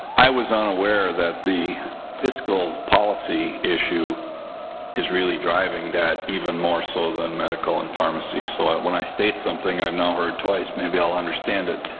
i was unaware that the fiscal policy issue is really driving that. even more so than medical and pharmacy. so, when i state something i've now heard twice, maybe i'll understand it.